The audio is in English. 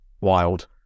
wild